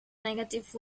negative